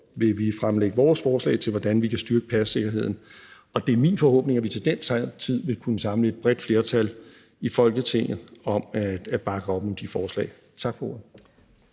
vil vi fremlægge vores forslag til, hvordan vi kan styrke passikkerheden. Og det er min forhåbning, at vi til den tid vil kunne samle et bredt flertal i Folketinget om at bakke op om de forslag. Tak for